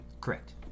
Correct